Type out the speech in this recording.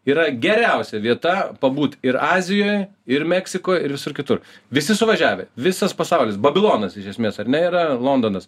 yra geriausia vieta pabūt ir azijoj ir meksikoj ir visur kitur visi suvažiavę visas pasaulis babilonas iš esmės ar ne yra londonas